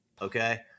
Okay